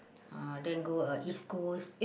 uh then go uh East-Coast